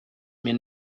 mir